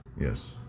Yes